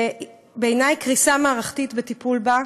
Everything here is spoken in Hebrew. ובעיני, קריסה מערכתית בטיפול בה.